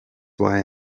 why